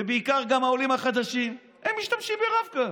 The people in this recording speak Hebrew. ובעיקר גם העולים החדשים, הם משתמשים ברב-קו